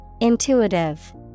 Intuitive